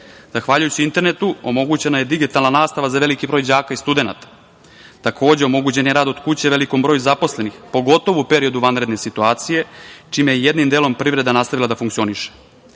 Zahvaljujući internetu omogućena je digitalna nastava za veliki broj đaka i studenata. Takođe, omogućen je rad od kuće velikom broju zaposlenih, pogotovo u periodu vanredne situacije, čime je jednim delom privreda nastavila da funkcioniše. Cilj